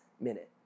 minute